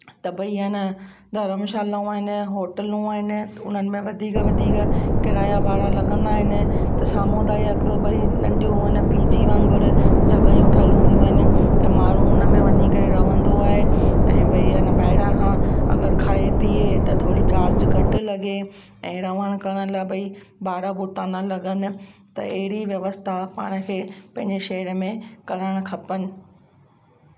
त भई आहे न धरमशालाऊं आहिनि होटलूं आहिनि उन्हनि में वधीक वधीक किराया भाड़ा लॻंदा आहिनि त सामुदायिक भई नंढियूं आहे न पी जी वागुंर जॻहियूं ठहियलु हूंदियूं आहिनि त माण्हू उन में वञी करे रहंदो आहे ऐं भई आहे न ॿाहिरां खां अगरि खाए पिए त थोरी चार्ज घटि लॻे ऐं रहण करण लाइ भई भाड़ा भुता न लॻनि त अहिड़ी व्यवस्था पाण खे पंहिंजे शहर में करणु खपनि